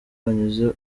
byanyuze